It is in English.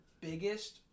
biggest